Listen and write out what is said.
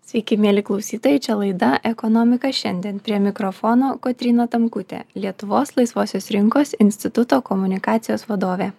sveiki mieli klausytojai čia laida ekonomika šiandien prie mikrofono kotryna tamkutė lietuvos laisvosios rinkos instituto komunikacijos vadovė